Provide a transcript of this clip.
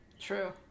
true